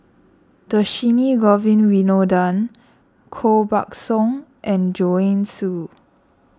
Dhershini Govin Winodan Koh Buck Song and Joanne Soo